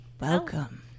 welcome